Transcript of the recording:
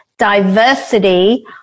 diversity